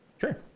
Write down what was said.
Sure